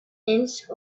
inch